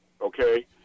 okay